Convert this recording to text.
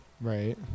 Right